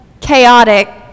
chaotic